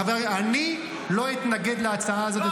אם הוא בעניין, שנינו, אני לא נגד הדבר הזה.